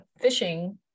fishing